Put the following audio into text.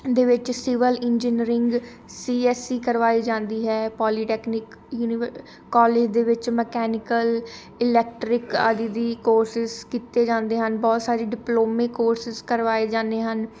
ਦੇ ਵਿੱਚ civil engineering C S C ਕਰਵਾਈ ਜਾਂਦੀ ਹੈ ਪੋਲੀਟੈਕਨਿਕ ਯੂਨੀਵ ਕੋਲਜ ਦੇ ਵਿੱਚ ਮਕੈਨੀਕਲ ਇਲੈਕਟ੍ਰਿਕ ਆਦਿ ਦੇ ਕੋਰਸਿਸ ਕੀਤੇ ਜਾਂਦੇ ਹਨ ਬਹੁਤ ਸਾਰੇ ਡਿਪਲੋਮੇ ਕੋਰਸਿਸ ਕਰਵਾਏ ਜਾਂਦੇ ਹਨ